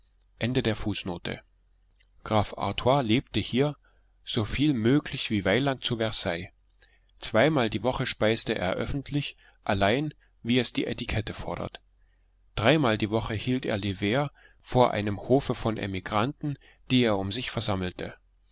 lebte hier soviel möglich wie weiland zu versailles zweimal die woche speiste er öffentlich allein wie es die etikette fordert dreimal die woche hielt er lever vor einem hofe von emigranten die er um sich versammelte